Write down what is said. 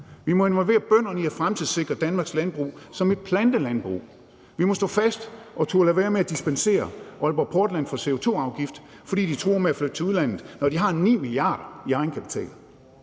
vi må involvere bønderne i at fremtidssikre Danmarks landbrug som et plantelandbrug, vi må stå fast og turde lade være med at dispensere Aalborg Portland fra en CO2-afgift, fordi de truer med at flytte til udlandet, når de har 9 mia. kr. i egenkapital.